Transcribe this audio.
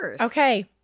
okay